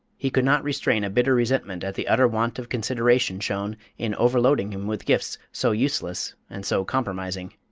he could not restrain a bitter resentment at the utter want of consideration shown in overloading him with gifts so useless and so compromising.